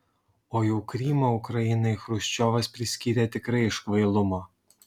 o jau krymą ukrainai chruščiovas priskyrė tikrai iš kvailumo